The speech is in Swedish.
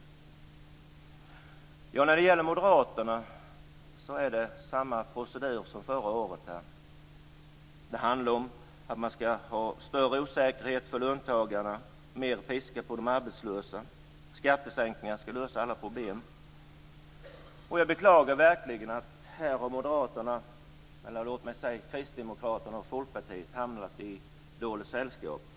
Ja, när det gäller Moderaterna är det samma procedur som förra året. Det handlar om större osäkerhet för löntagarna och mer piska på de arbetslösa. Skattesänkningar skall lösa alla problem. Jag beklagar verkligen att Kristdemokraterna och Folkpartiet har hamnat i dåligt sällskap.